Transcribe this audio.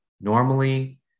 normally